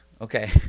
Okay